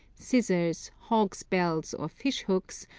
scissors, hawks' bells or fish-hooks,